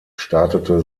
startete